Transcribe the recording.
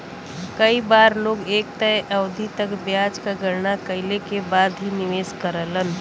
कई बार लोग एक तय अवधि तक ब्याज क गणना कइले के बाद ही निवेश करलन